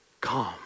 Calm